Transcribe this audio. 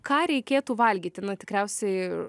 ką reikėtų valgyti na tikriausiai